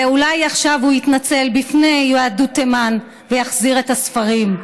ואולי עכשיו הוא יתנצל בפני יהדות תימן ויחזיר את הספרים.